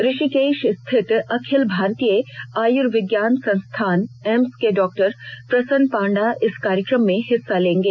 ऋषिकेश स्थित अखिल भारतीय आयुर्विज्ञान संस्थान एम्स के डॉक्टर प्रसन पंडा इस कार्यक्रम में हिस्सा लेंगे